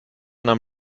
nahm